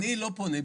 אני לא פונה.